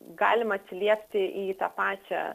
galima atsiliepti į tą pačią